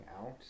out